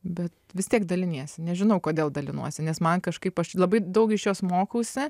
bet vis tiek daliniesi nežinau kodėl dalinuosi nes man kažkaip aš labai daug iš jos mokausi